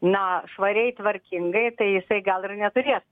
na švariai tvarkingai tai jisai gal ir neturės